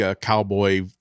cowboy